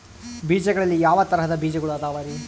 ಬೇಜಗಳಲ್ಲಿ ಯಾವ ತರಹದ ಬೇಜಗಳು ಅದವರಿ?